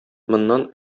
моннан